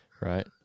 Right